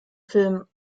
film